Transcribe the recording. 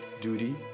duty